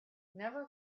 never